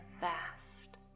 vast